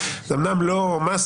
זה אומנם לא מס,